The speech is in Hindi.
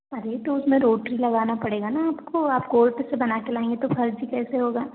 अरे तो उसमें नोटरी लगाना पड़ेंगा ना आपको आप कोर्ट से बना के लाएँगे तो फर्ज़ी कैसे होगा